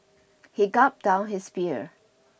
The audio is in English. he gulped down his beer